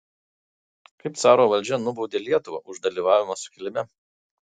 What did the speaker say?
kaip caro valdžia nubaudė lietuvą už dalyvavimą sukilime